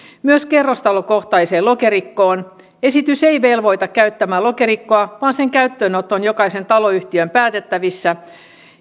myös kerrostalokohtaiseen lokerikkoon esitys ei velvoita käyttämään lokerikkoa vaan sen käyttöönotto on jokaisen taloyhtiön päätettävissä